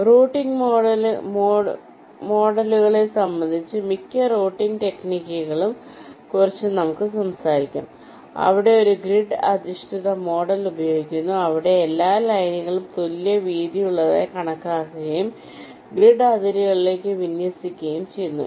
routing മോഡലുകളെ സംബന്ധിച്ച് മിക്ക റൂട്ടിംഗ് ടെക്നിക്കുകളെയും കുറിച്ച് നമ്മൾ സംസാരിക്കും അവ ഒരു ഗ്രിഡ് അധിഷ്ഠിത മോഡൽ ഉപയോഗിക്കുന്നു അവിടെ എല്ലാ ലൈനുകളും തുല്യ വീതിയുള്ളതായി കണക്കാക്കുകയും അവ ഗ്രിഡ് അതിരുകളിലേക്ക് വിന്യസിക്കുകയും ചെയ്യുന്നു